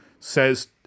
says